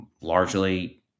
largely